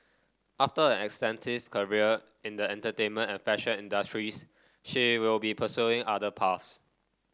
after an extensive career in the entertainment and fashion industries she will be pursuing other paths